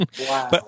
wow